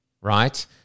right